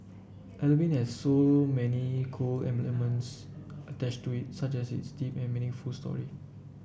Halloween has so many cool elements attached to it such as its deep and meaningful story